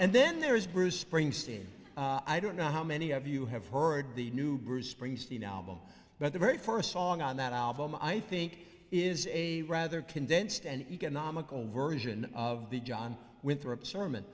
and then there is bruce springsteen i don't know how many of you have heard the new springsteen album but the very first song on that album i think is a rather condensed and economical version of the john winthrop sermon